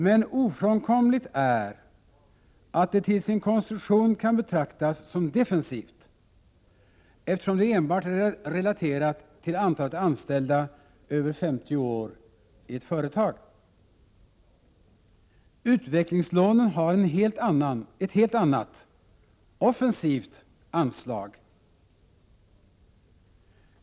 Men ofrånkomligt är att det till sin konstruktion kan betraktas som defensivt, eftersom det enbart är relaterat till antalet anställda över 50 år i ett företag. Utvecklingslånen har ett helt annat, offensivt anslag.